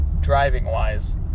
driving-wise